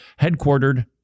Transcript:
headquartered